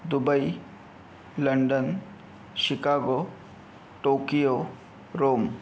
Dubai London Chicago Tokyo Rome